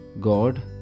God